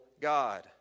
God